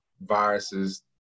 viruses